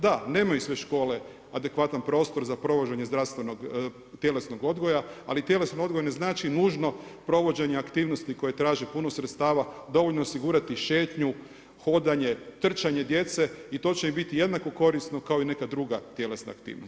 Da, nemaju sve škole adekvatan prostor za provođenje zdravstvenog, tjelesnog odgoja, ali tjelesni odgoj ne znači nužno provođenje aktivnosti koje traže puno sredstava, dovoljno je osigurati šetnju, hodanje, trčanje djece i to će im biti jednako korisno kao i neka druga tjelesna aktivnost.